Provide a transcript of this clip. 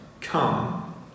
come